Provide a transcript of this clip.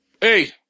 hey